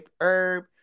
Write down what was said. herb